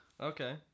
Okay